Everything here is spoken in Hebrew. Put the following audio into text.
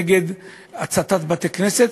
נגד הצתת בתי-כנסת,